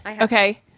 Okay